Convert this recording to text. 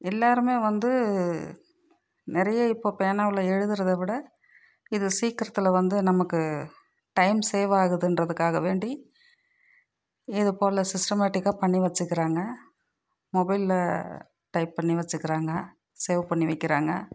எல்லாேருமே வந்து நிறைய இப்போ பேனாவில் எழுதுகிறத விட இது சீக்கிரத்தில் வந்து நமக்கு டைம் சேவாகுதுங்றதுக்காக வேண்டி இது போல் சிஸ்டமேட்டிக்காக பண்ணி வச்சுக்கிறாங்க மொபைலில் டைப் பண்ணி வச்சுக்கிறாங்க சேவ் பண்ணி வைக்கிறாங்க